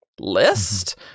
list